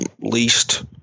least